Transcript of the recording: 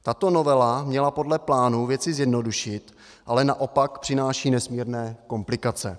Tato novela měla podle plánu věci zjednodušit, ale naopak přináší nesmírné komplikace.